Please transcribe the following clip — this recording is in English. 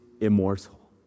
immortal